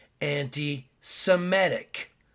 anti-Semitic